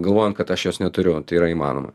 galvojant kad aš jos neturiu tai yra įmanoma